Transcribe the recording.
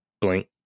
blink